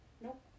Nope